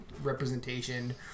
representation